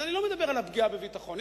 אני לא מדבר על הפגיעה בביטחון.